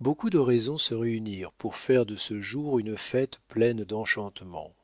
beaucoup de raisons se réunirent pour faire de ce jour une fête pleine d'enchantements